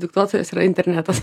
diktuotojas yra internetas